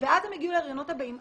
ואז הן הגיעו להריונות הבאים.